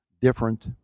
different